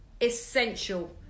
essential